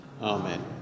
Amen